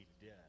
dead